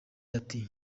ati